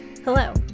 Hello